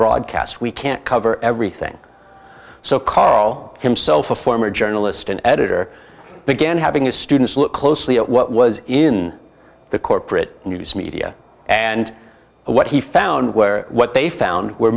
broadcast we can't cover everything so call himself a former journalist an editor began having his students look closely at what was in the corporate news media and what he found where what they found were